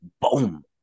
boom